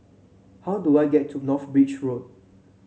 how do I get to North Bridge Road